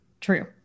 True